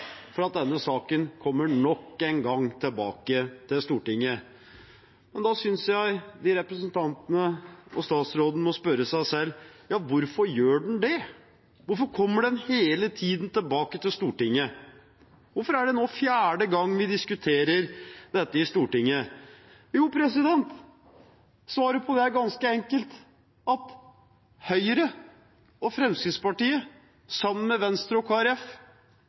at denne saken nok en gang kommer tilbake til Stortinget. Da synes jeg de representantene, og statsråden, må spørre seg selv: Hvorfor gjør den det? Hvorfor kommer den hele tiden tilbake til Stortinget? Hvorfor er det nå fjerde gang vi diskuterer dette i Stortinget? Jo, svaret på det er ganske enkelt at Høyre og Fremskrittspartiet, sammen med Venstre og